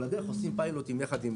על הדרך אנחנו עושים פיילוט עם הרלב"ד.